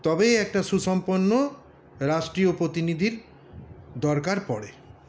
তবেই একটা সুসম্পন্ন রাষ্ট্রীয় প্রতিনিধির দরকার পড়ে